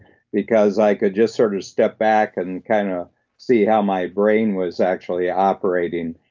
because i could just sort of step back and kind of see how my brain was actually operating.